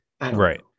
right